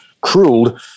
cruel